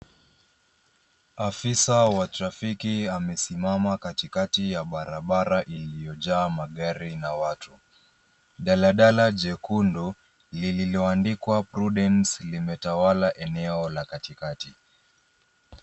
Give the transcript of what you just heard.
Afisa wa trafiki amesimama katikati ya barabara iliyojaa magari na watu. Daladala jekundu lililo andikwa prudence limetawala eneo la katikati.